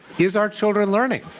is our children learning?